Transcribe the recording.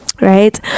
right